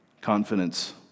confidence